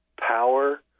power